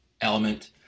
element